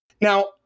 Now